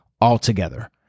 altogether